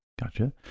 Gotcha